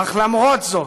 אך למרות זאת,